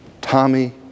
Tommy